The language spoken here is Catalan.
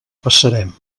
passarem